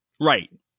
Right